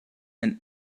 and